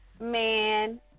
man